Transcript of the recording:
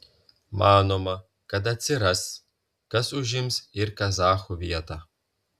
manoma kad atsiras kas užims ir kazachų vietą